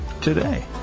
today